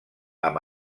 amb